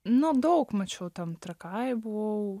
nu daug mačiau ten trakai buvau